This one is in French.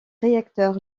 réacteur